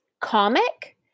comic